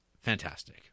fantastic